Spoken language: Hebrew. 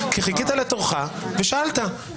כי חיכית לתורך ושאלת.